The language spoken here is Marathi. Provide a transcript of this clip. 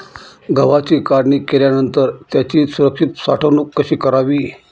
गव्हाची काढणी केल्यानंतर त्याची सुरक्षित साठवणूक कशी करावी?